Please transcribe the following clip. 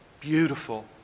beautiful